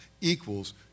equals